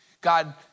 God